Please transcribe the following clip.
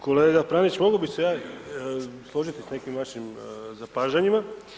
Kolega Pranić, mogao bih se ja složiti sa nekim vašim zapažanjima.